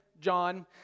John